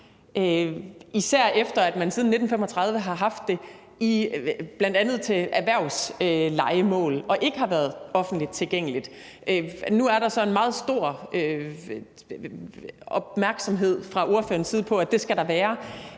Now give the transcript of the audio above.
især efter at man siden 1935 har haft det til bl.a. erhvervslejemål, og hvor det ikke har været offentligt tilgængeligt. Nu er der så en meget stor opmærksomhed fra ordførerens side på, at det skal der være.